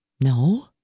no